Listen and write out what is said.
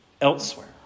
elsewhere